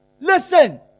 Listen